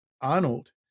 Arnold